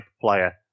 player